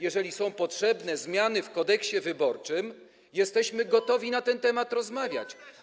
Jeżeli są potrzebne zmiany w Kodeksie wyborczym, jesteśmy gotowi na ten temat rozmawiać.